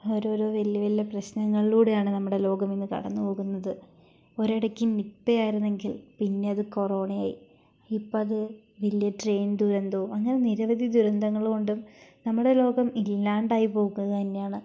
ഓരോരോ വലിയ വലിയ പ്രശ്നങ്ങളിലൂടെയാണ് നമ്മുടെ ലോകമിന്നു കടന്നുപോകുന്നത് ഒരിടയ്ക്ക് നിപ്പയായിരുന്നെങ്കിൽ പിന്നെയത് കൊറോണയായി ഇപ്പോഴത് വലിയ ട്രെയിൻ ദുരന്തവും അങ്ങനെ നിരവധി ദുരന്തങ്ങൾ കൊണ്ടും നമ്മുടെ ലോകം ഇല്ലാണ്ടായി പോകുക തന്നെയാണ്